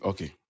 Okay